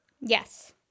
Yes